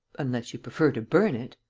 unless you prefer to burn it.